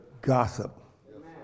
gossip